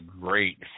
great